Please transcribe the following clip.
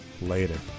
later